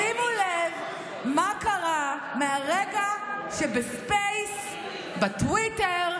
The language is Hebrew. שימו לב מה קרה מהרגע שבספייס בטוויטר,